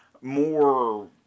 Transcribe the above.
more